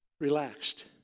relaxed